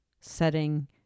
setting